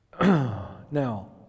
Now